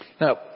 Now